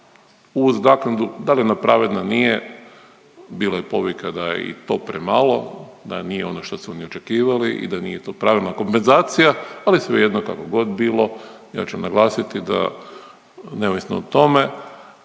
uz naknadu da li je ona pravedna, nije, bilo je povika da je i to premalo da nije ono što su oni očekivali i da nije to pravedna kompenzacija, ali svejedno kako god bilo, ja ću naglasiti da neovisno o tome